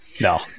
No